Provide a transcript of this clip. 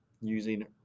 using